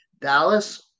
Dallas